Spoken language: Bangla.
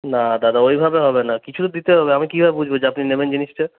না দাদা ওইভাবে হবে না কিছু তো দিতে হবে আমি কি করে বুঝব আপনি নেবেন জিনিসটা